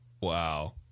Wow